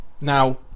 Now